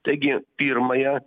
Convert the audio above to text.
taigi pirmąją